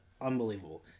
unbelievable